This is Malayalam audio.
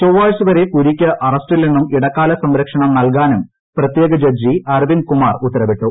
ചൊവ്വാഴ്ച വരെ പുരിക്ക് അറസ്റ്റിൽ നിന്നും ഇടക്കാല സംരക്ഷണം നൽകാനും പ്രത്യേക ജഡ്ജി അരവിന്ദ് കുമാർ ഉത്തരവിട്ടു